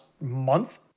month